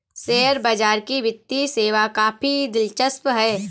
share बाजार की वित्तीय सेवा काफी दिलचस्प है